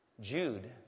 Jude